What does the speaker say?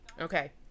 Okay